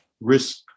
risk